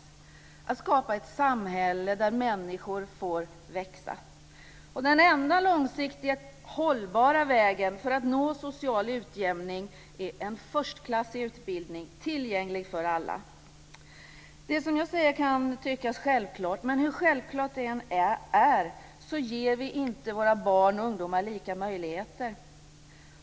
Vi måste skapa en samhälle där människor får växa. Den enda långsiktigt hållbara vägen för att nå social utjämning är en förstklassig utbildning tillgänglig för alla. Detta kan tyckas självklart, men hur självklart det än är ger vi inte våra barn och ungdomar lika möjligheter.